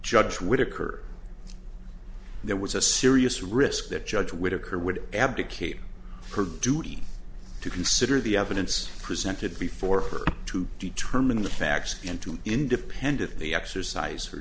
judge would occur there was a serious risk that judge whitaker would abdicate for duty to consider the evidence presented before her to determine the facts and to independent the exercise